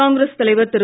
காங்கிரஸ் தலைவர் திரு